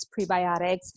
prebiotics